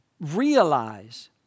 realize